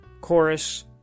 chorus